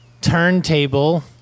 turntable